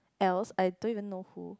else I don't even know who